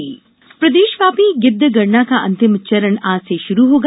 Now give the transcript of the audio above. गिद्ध गणना प्रदेशव्यापी गिद्ध गणना का अंतिम चरण आज से शुरू होगा